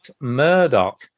Murdoch